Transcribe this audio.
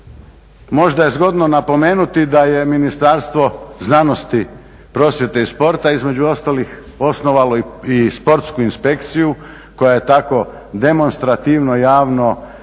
Možda je zgodno napomenuti da je Ministarstvo znanosti, prosvjete i sporta između ostalih osnovalo i Sportsku inspekciju koja je tako demonstrativno javno